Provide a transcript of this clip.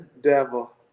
devil